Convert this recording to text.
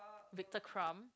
Victor-Krum